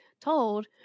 told